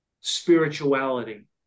spirituality